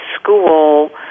school